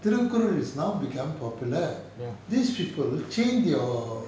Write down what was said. thirukkural is now become popular these people changed your